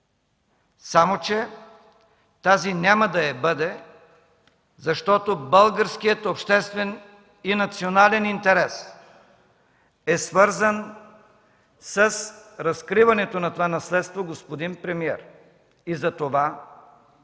Само че тази няма да я бъде, защото българският обществен и национален интерес е свързан с разкриването на това наследство, господин премиер. Затова